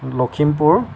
Lakhimpur